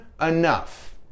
enough